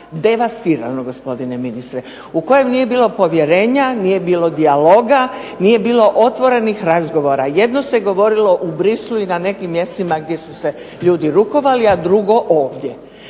devastirano gospodine ministre, u kojem nije bilo povjerenja, nije bilo dijaloga, nije bilo otvorenih razgovora. Jedno se govorilo u Bruxellesu i na nekim mjestima gdje su se ljudi rukovali, a drugo ovdje.